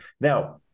Now